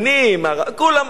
כולם אותו דבר.